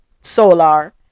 solar